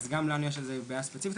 גם לנו יש בעיה ספציפית.